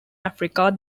africa